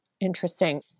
Interesting